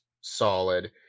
solid